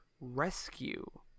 rescue